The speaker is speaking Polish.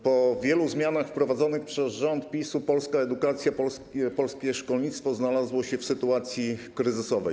Po wielu zmianach wprowadzonych przez rząd PiS-u polska edukacja, polskie szkolnictwo znalazło się w sytuacji kryzysowej.